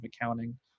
accounting